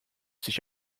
sich